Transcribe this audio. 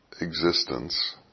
existence